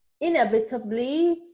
inevitably